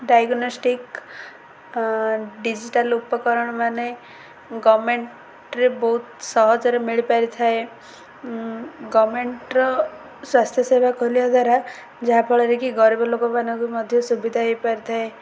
diagnostic digital ଉପକରଣମାନ ଗର୍ମେଣ୍ଟ୍ରେ ବହୁତ ସହଜରେ ମିଳିପାରିଥାଏ ଗର୍ମେଣ୍ଟ୍ର ସ୍ୱାସ୍ଥ୍ୟ ସେବା ଖୋଲିବା ଦ୍ୱାରା ଯାହାଫଳରେ କି ଗରିବ ଲୋକମାନଙ୍କୁ ମଧ୍ୟ ସୁବିଧା ହୋଇପାରି ଥାଏ